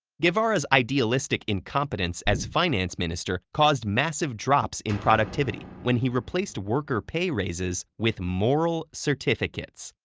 guevara's idealistic incompetence as finance minister caused massive drops in productivity when he replaced worker pay raises with moral certificates.